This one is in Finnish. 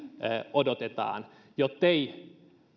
odotetaan jottei